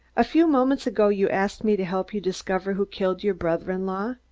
a few moments ago you asked me to help you discover who killed your brother-in-law.